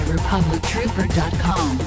RepublicTrooper.com